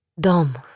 Dom